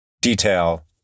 detail